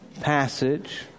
passage